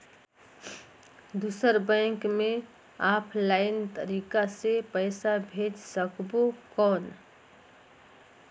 दुसर बैंक मे ऑफलाइन तरीका से पइसा भेज सकबो कौन?